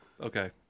Okay